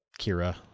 kira